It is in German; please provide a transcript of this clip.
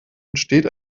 entsteht